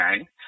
okay